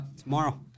tomorrow